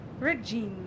Regina